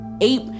eight